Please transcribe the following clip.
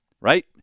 right